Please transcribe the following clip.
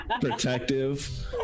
Protective